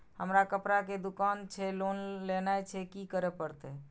हमर कपड़ा के दुकान छे लोन लेनाय छै की करे परतै?